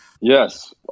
Yes